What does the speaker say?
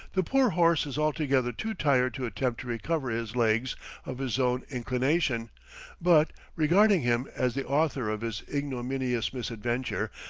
the poor horse is altogether too tired to attempt to recover his legs of his own inclination but, regarding him as the author of his ignominious misadventure,